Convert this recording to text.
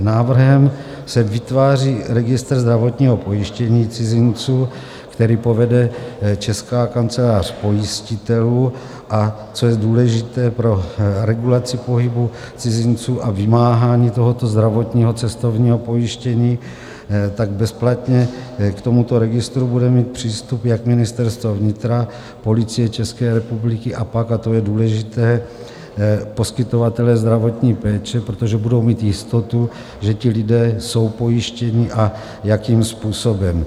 Návrhem se vytváří registr zdravotního pojištění cizinců, který povede Česká kancelář pojistitelů, a co je důležité pro regulaci pohybu cizinců a vymáhání tohoto zdravotního cestovního pojištění, bezplatně k tomuto registru bude mít přístup jak Ministerstvo vnitra, Policie České republiky a pak, a to je důležité, poskytovatelé zdravotní péče, protože budou mít jistotu, že ti lidé jsou pojištěni a jakým způsobem.